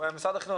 משרד החינוך,